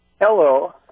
Hello